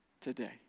today